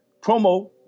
Promo